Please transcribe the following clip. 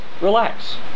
relax